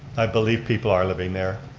i believe people are living there.